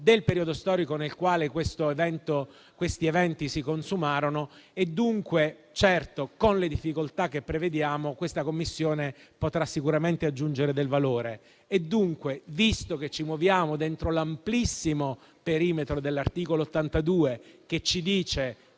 del periodo storico nel quale quegli eventi si sono consumati e dunque, con le difficoltà che prevediamo, la Commissione potrà sicuramente aggiungere valore. Visto che ci muoviamo dentro l'amplissimo perimetro dell'articolo 82 della